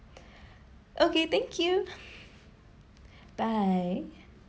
okay thank you bye